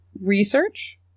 research